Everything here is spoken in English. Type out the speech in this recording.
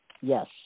Yes